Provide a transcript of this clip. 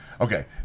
Okay